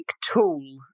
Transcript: tool